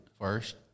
First